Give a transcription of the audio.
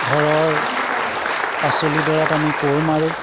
ঘৰৰ পাচলি দৰাত আমি কোৰ মাৰোঁ